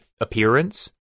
appearance